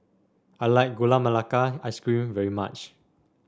I like Gula Melaka Ice Cream very much